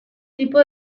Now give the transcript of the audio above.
tipo